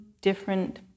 different